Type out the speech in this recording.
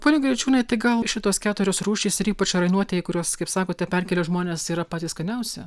pone graičiūnai tai gal šitos keturios rūšys ir ypač rainuotieji kuriuos kaip sakote perkelia žmones yra patys skaniausi